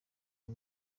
uyu